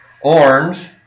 Orange